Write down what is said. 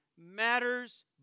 matters